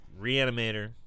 reanimator